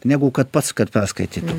negu kad pats kad perskaitytų